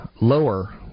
lower